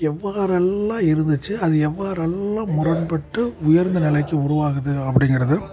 எவ்வாறெல்லாம் இருந்துச்சு அது எல்வாறெல்லாம் முரண்பட்டு உயர்ந்த நிலைக்கு உருவாகுது அப்படிங்கிறது